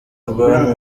rwa